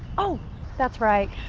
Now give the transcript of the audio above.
oh that's right,